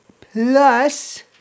Plus